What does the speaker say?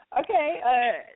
Okay